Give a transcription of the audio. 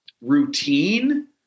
routine